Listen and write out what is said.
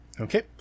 Okay